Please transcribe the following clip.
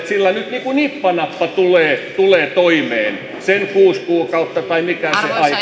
sillä nyt niin kuin nippanappa tulee tulee toimeen sen kuusi kuukautta tai mikä se aika